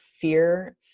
fear